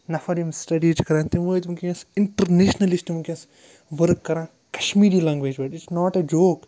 نَفَر یِم سٹیڈی چھِ کَران تِم وٲتۍ وٕنکٮ۪س اِنٹَرنیشنَل چھِ تِم وٕنکٮ۪س ؤرٕک کَران کَشمیٖری لنٛگویج پٲٹھۍ اِٹٕس ناٹ اےٚ جوک